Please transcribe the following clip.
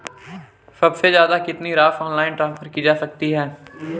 सबसे ज़्यादा कितनी राशि ऑनलाइन ट्रांसफर की जा सकती है?